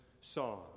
song